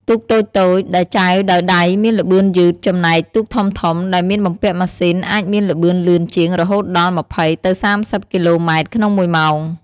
ទូកតូចៗដែលចែវដោយដៃមានល្បឿនយឺត ចំណែកទូកធំៗដែលមានបំពាក់ម៉ាស៊ីនអាចមានល្បឿនលឿនជាង រហូតដល់ ២០ ទៅ ៣០ គីឡូម៉ែត្រក្នុងមួយម៉ោង ។